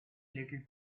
little